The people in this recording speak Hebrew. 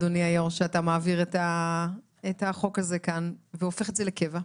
אדוני היו"ר שאתה מעביר את החוק הזה כאן והופך את זה לקבע,